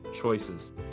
choices